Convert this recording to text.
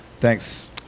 Thanks